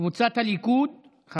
קבוצת סיעת הליכוד,